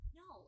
no